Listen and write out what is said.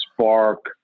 spark